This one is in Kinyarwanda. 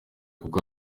kuko